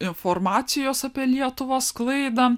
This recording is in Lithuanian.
informacijos apie lietuvą sklaidą